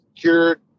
cured